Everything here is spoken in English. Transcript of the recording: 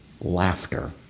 Laughter